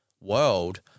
world